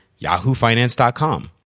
yahoofinance.com